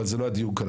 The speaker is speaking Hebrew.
אבל זה לא הדיון כאן,